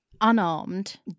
unarmed